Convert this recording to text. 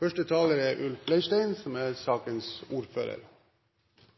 Vi behandler nå et representantforslag framsatt av representanter fra Høyre. Forslaget er